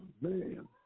man